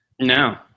No